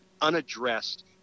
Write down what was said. unaddressed